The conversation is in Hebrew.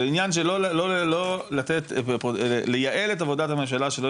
זה עניין שלייעל את עבודת הממשלה שלא